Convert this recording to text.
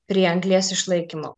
prie anglies išlaikymo